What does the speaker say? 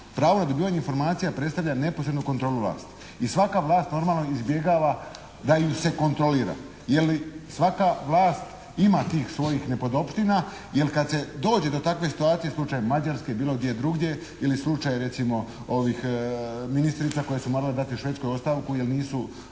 pravo na dobivanje informacija predstavlja neposrednu kontrolu vlasti. I svaka vlast normalno izbjegava da ju se kontrolira. Jer svaka vlast ima tih svojih nepodopština jer kad se dođe do takve situacije, slučaj Mađarske, bilo gdje drugdje, ili slučaj recimo ovih ministrica koje su morale dati u Švedskoj ostavku jer nisu